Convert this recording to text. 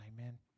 Amen